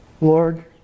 Lord